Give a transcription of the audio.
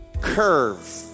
Curve